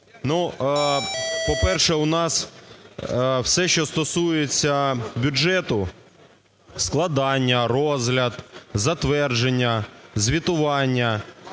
по-перше, у нас все, що стосується бюджету - складання, розгляд, затвердження, звітування